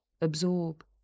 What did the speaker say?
absorb